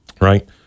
right